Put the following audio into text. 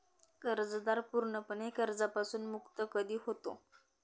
कर्जदार पूर्णपणे कर्जापासून मुक्त कधी होतो?